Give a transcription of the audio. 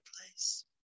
place